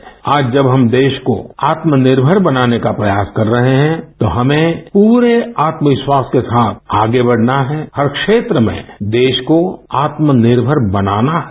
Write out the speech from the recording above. आज जब हम देश को आत्मनिर्मर बनाने का प्रयास कर रहे हैं तो हमें पूरे आत्मविश्वास के साथ आगे बढ़ना है हर क्षेत्र में देश को आत्मनिर्मर बनाना है